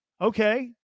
Okay